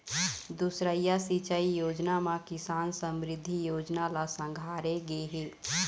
दुसरइया सिंचई योजना म किसान समरिद्धि योजना ल संघारे गे हे